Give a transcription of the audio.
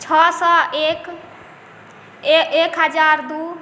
छओ सओ एक एक हजार दुइ